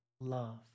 love